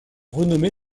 renommé